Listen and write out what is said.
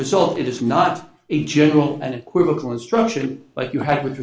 result it is not a general and equivocal instruction like you had with